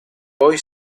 poi